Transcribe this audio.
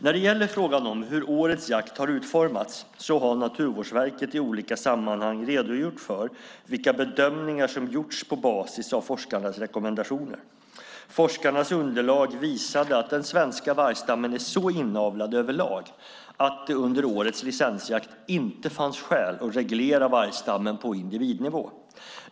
När det gäller frågan om hur årets jakt har utformats har Naturvårdsverket i olika sammanhang redogjort för vilka bedömningar som gjorts på basis av forskarnas rekommendationer. Forskarnas underlag visade att den svenska vargstammen är så inavlad över lag att det under årets licensjakt inte fanns skäl att reglera vargstammen på individnivå.